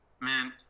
man